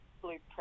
Blueprint